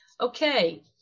Okay